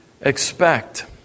expect